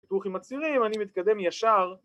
תראו איך עם הצירים אני מתקדם ישר